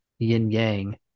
yin-yang